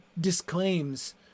disclaims